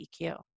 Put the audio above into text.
EQ